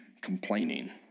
complaining